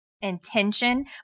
intention